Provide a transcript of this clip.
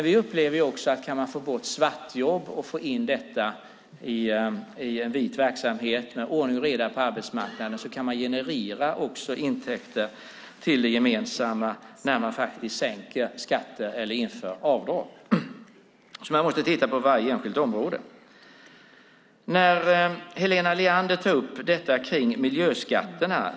Vi upplever att om man kan få bort svartjobb och få in detta i en vit verksamhet med ordning och reda på arbetsmarknaden kan man också generera intäkter till det gemensamma när man sänker skatter eller inför avdrag. Man måste titta på varje enskilt område. Helena Leander tar upp frågan om miljöskatterna.